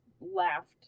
laughed